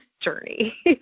journey